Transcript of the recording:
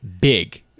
big